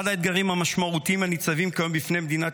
אחד האתגרים המשמעותיים הניצבים כיום בפני מדינת